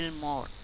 more